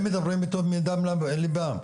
הם מדברים מתוך דם ליבם.